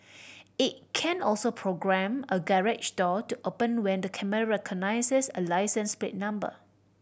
it can also programme a garage door to open when the camera recognises a license plate number